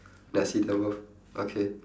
that's it lah bro okay